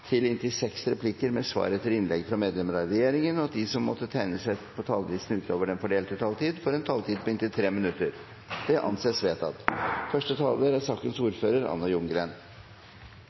til inntil seks replikker med svar etter innlegg fra medlemmer av regjeringen, og at de som måtte tegne seg på talerlisten utover den fordelte taletid, får en taletid på inntil 3 minutter. – Det anses vedtatt.